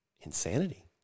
insanity